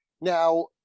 Now